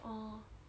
oh